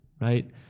right